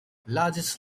largest